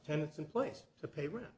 tenants in place to pay rent